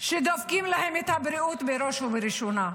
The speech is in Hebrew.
שדופקים להם את הבריאות בראש ובראשונה.